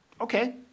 Okay